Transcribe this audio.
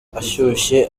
ashyushye